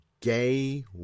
gay